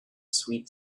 sweet